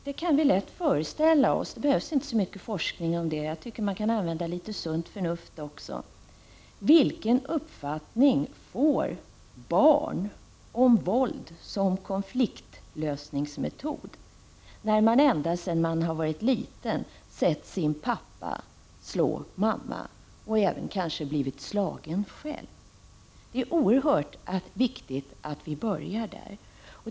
15 november 1989 Det behövs inte bara forskning, jag tycker att man kan använda llitetsut. AA förnuft också. Vi kan ju lätt föreställa oss vilken uppfattning barn och ungdomar får om våldet som konfliktlösningsmetod om de sedan de varit små sett sina pappor slå mammorna och kanske även blivit slagna själva. Det är oerhört viktigt att vi börjar på den nivån.